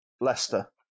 Leicester